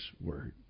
word